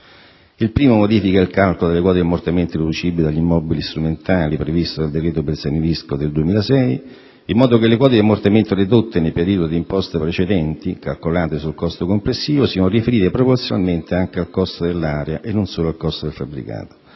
Il primo modifica il calcolo delle quote di ammortamento deducibili degli immobili strumentali previsto dal cosiddetto decreto Bersani-Visco del 2006, in modo che le quote di ammortamento dedotte nei periodi di imposta precedenti, calcolate sul costo complessivo, siano riferite proporzionalmente anche al costo dell'area e non solo al costo del fabbricato.